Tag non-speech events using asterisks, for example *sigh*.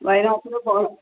*unintelligible* പോവണം